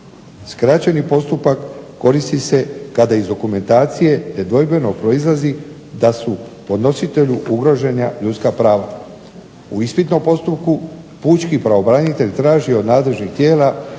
Skraćeni postupak koristi se kada iz dokumentacije nedvojbeno proizlazi da su podnositelju ugrožena ljudska prava. U ispitnom postupku pučkog pravobranitelja traži od nadležnih tijela